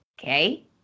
okay